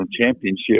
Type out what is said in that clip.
Championship